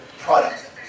product